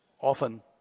often